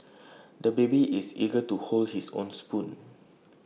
the baby is eager to hold his own spoon